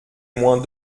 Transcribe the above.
moins